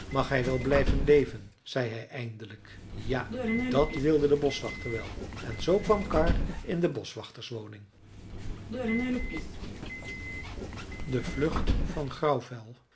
mag hij wel blijven leven zei hij eindelijk ja dat wilde de boschwachter wel en zoo kwam karr in de boschwachterswoning de vlucht van